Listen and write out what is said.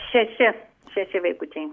šeši šeši vaikučiai